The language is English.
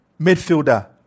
midfielder